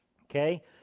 okay